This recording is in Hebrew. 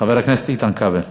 חבר הכנסת איתן כבל.